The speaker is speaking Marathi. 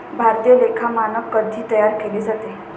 भारतीय लेखा मानक कधी तयार केले जाते?